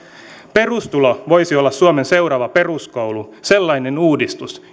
perustulo voisi olla suomen seuraava peruskoulu sellainen uudistus